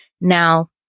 Now